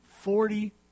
forty